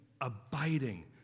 abiding